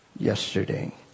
yesterday